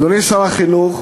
אדוני שר החינוך,